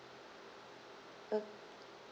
uh